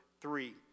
three